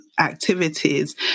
activities